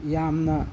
ꯌꯥꯝꯅ